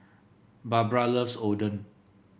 Barbra loves Oden